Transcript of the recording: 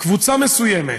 קבוצה מסוימת,